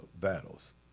battles